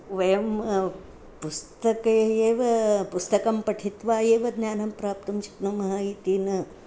वयं पुस्तके एव पुस्तकं पठित्वा एव ज्ञानं प्राप्तुं शक्नुमः इति न